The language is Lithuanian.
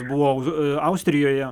buvo austrijoje